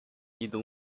lido